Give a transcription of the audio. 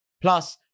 Plus